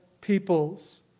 peoples